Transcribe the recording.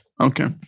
Okay